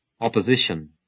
opposition